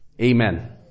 Amen